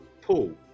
Paul